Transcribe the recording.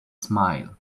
smile